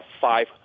five